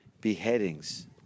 beheadings